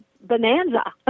bonanza